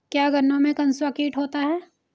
क्या गन्नों में कंसुआ कीट होता है?